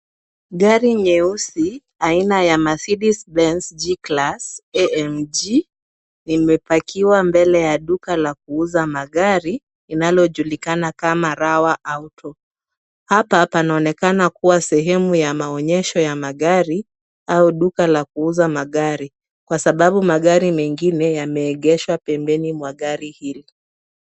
Gari nyeusi aina ya Mercedes Benz G Class AMG limepakiwa mbele ya duka la kuuza magari inalojulikana kama Rawa Auto. Hapa panaonekana kuwa sehemu ya maonyesho ya magari au duka la kuuza magari kwa sababu magari mengine yameegeshwa pembeni mwa gari hili.